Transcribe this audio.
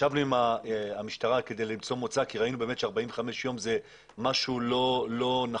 ישבנו עם המשטרה כדי למצוא מוצא כי ראינו ש-45 ימים זה משהו לא נכון